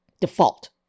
default